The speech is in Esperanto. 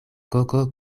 koko